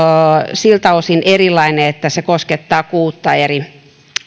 siltä osin erilainen että se koskettaa kuutta eri